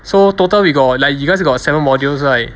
so total we got like you guys got seven modules right